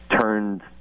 turned